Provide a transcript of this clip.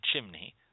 chimney